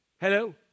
Hello